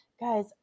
Guys